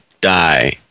die